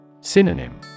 Synonym